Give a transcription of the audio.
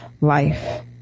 life